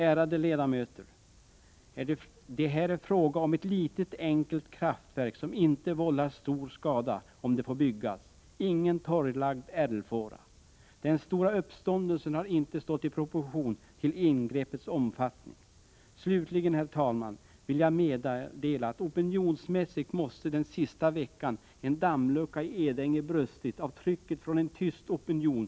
Ärade ledamöter! Det är fråga om ett litet enkelt kraftverk, som inte vållar stor skada om det får byggas — ingen torrlagd älvfåra. Den stora uppståndelsen har inte stått i proportion till ingreppets omfattning. Slutligen, herr talman, vill jag meddela att opinionsmässigt en dammlucka i Edänge den sista veckan måste ha brustit av trycket från en tyst opinion.